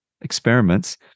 experiments